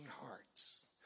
hearts